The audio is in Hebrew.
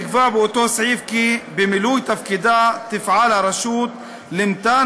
נקבע באותו סעיף כי במילוי תפקידה תפעל הרשות "למתן